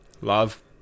Love